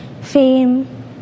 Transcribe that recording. fame